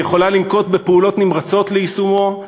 היא "יכולה לנקוט פעולות נמרצות ליישומו,